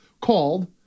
called